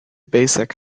basic